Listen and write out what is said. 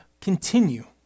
continue